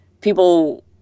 people